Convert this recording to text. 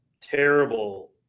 terrible